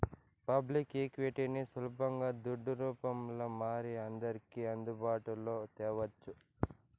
public ఈక్విటీని సులబంగా దుడ్డు రూపంల మారి అందర్కి అందుబాటులో తేవచ్చు